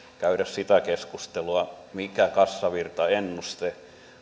käydä sitä keskustelua mikä on kassavirtaennuste